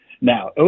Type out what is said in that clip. Now